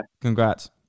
Congrats